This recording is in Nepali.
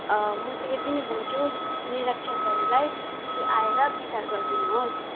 म चाहिँ यति नै भन्छु निरीक्षकहरूलाई कि आएर विचार गरिदिनुहोस्